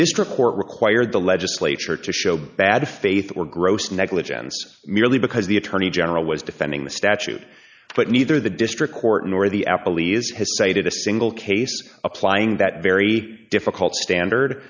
district court required the legislature to show bad faith or gross negligence merely because the attorney general was defending the statute but neither the district court nor the apple e's has cited a single case applying that very difficult standard